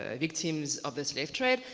ah victims of the slave trade.